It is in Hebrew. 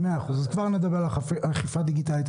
כבר נדבר על אכיפה דיגיטלית.